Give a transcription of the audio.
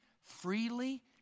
freely